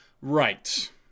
right